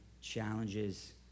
challenges